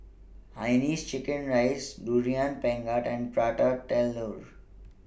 Hainanese Chicken Rice Durian Pengat and Prata Telur